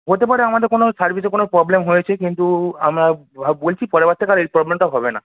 হতে পারে আমাদের কোনো সার্ভিসে কোনো প্রবলেম হয়েছে কিন্তু আমরা ভাব বলছি পরেরবার থেকে আর এই প্রবলেমটা হবে না